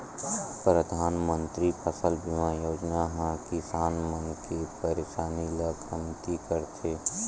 परधानमंतरी फसल बीमा योजना ह किसान मन के परसानी ल कमती करथे